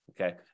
Okay